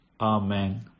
amen